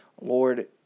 Lord